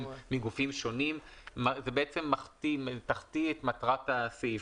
מגופים שונים יחטיא את מטרת הסעיף.